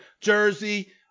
Jersey